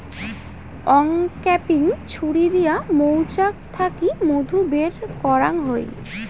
uncapping ছুরি দিয়া মৌচাক থাকি মধু বের করাঙ হই